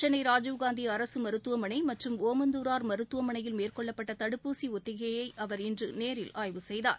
சென்னை ராஜீவ்காந்தி அரசு மருத்துவமனை மற்றும் ஒமந்தூரார் மருத்துவமனையில் மேற்கொள்ளப்பட்ட தடுப்பூசி ஒத்திகையை அவர் இன்று நேரில் ஆய்வு செய்தார்